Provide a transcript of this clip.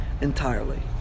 entirely